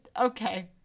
Okay